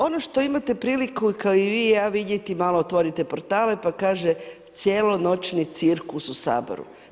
Ono što imate priliku kao i vi i ja vidjeti, malo otvorite portale, pa kaže: cjelonoćni cirkus u Saboru.